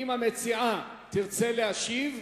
אם המציעה תרצה להשיב,